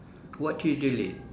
what you delete